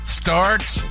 starts